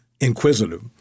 Inquisitive